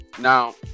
now